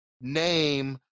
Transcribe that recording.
name